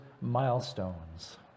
milestones